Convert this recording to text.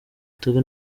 togo